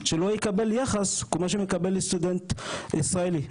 שלא יקבל יחס כמו של סטודנט ישראלי?